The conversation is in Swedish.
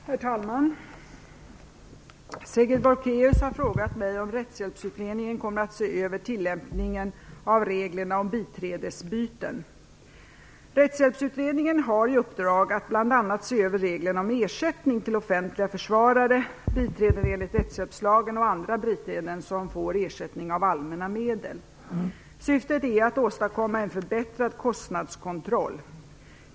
Herr talman! Sigrid Bolkéus har frågat mig om Rättshjälpsutredningen kommer att se över tillämpningen av reglerna om biträdesbyten. Rättshjälpsutredningen har i uppdrag att bl.a. se över reglerna om ersättning till offentliga försvarare, biträden enligt rättshjälpslagen och andra biträden som får ersättning av allmänna medel. Syftet är att åstadkomma en förbättrad kostnadskontroll.